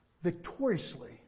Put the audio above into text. victoriously